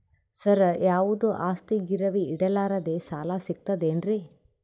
ಸರ, ಯಾವುದು ಆಸ್ತಿ ಗಿರವಿ ಇಡಲಾರದೆ ಸಾಲಾ ಸಿಗ್ತದೇನ್ರಿ?